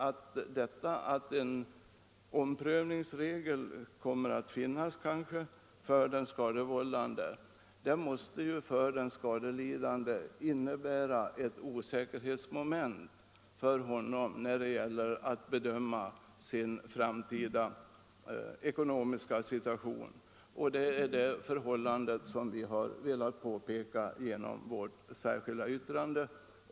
Att en omprövningsregel kanske kommer att finnas för jämkning av skadestånd som är oskäligt betungande för den skadevållande måste för den skadelidande innebära ett osäkerhetsmoment när han skall bedöma sin framtida ekonomiska situation. Det är det förhållandet vi har velat påpeka genom vårt särskilda yttrande.